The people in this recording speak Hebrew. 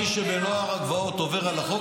מי שבנוער הגבעות עובר על החוק,